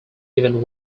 even